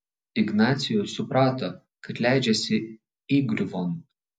ignacius suprato kad leidžiasi įgriuvon